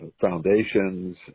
foundations